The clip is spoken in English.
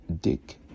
dick